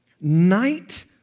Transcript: night